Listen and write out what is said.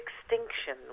extinction